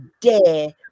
dare